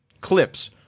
clips